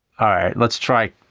all right, let's try.